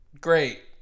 great